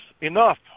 enough